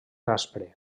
aspre